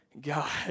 God